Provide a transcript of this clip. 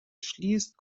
schließt